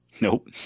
Nope